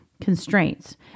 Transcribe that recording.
constraints